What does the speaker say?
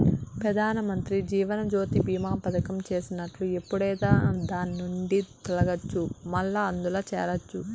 పెదానమంత్రి జీవనజ్యోతి బీమా పదకం చేసినట్లు ఎప్పుడైనా దాన్నిండి తొలగచ్చు, మల్లా అందుల చేరచ్చు